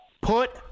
Put